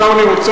עכשיו אני רוצה,